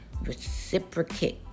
Reciprocate